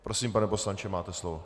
Prosím, pane poslanče, máte slovo.